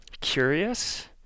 curious